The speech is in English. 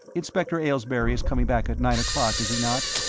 inspector aylesbury is coming back at nine o'clock, is he not?